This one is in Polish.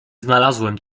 znalazłem